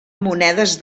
monedes